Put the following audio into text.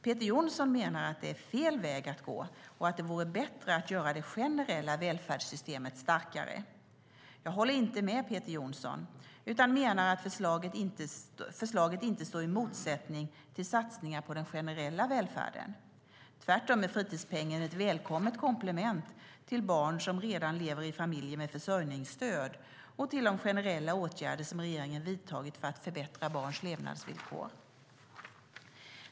Peter Johnsson menar att det är fel väg att gå och att det vore bättre att göra det generella välfärdssystemet starkare. Jag håller inte med Peter Johnsson utan menar att förslaget inte står i motsättning till satsningar på den generella välfärden. Tvärtom är fritidspengen ett välkommet komplement till barn som redan lever i familjer med försörjningsstöd och till de generella åtgärder som regeringen vidtagit för att förbättra barns levnadsvillkor.